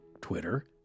Twitter